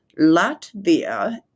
Latvia